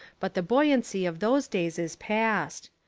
but the buoyancy of those days is past.